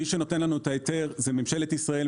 מי שנותן לנו את ההיתר זה ממשלת ישראל,